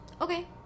okay